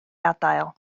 adael